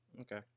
Okay